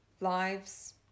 lives